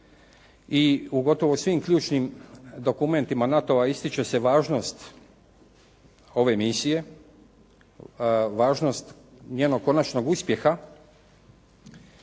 I u gotovo svim ključnim dokumentima NATO-a ističe se važnost ove misije, važnost njenog konačnog uspjeha.